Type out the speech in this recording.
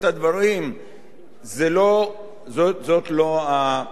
זאת לא התשובה הנכונה.